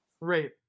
Right